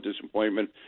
disappointment